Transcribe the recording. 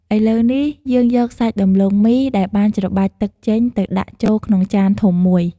ឥឡូវនេះ យើងយកសាច់ដំឡូងមីដែលបានច្របាច់ទឹកចេញ ទៅដាក់ចូលក្នុងចានធំមួយ។